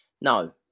No